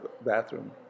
bathroom